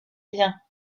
rien